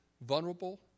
vulnerable